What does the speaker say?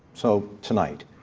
so, tonight,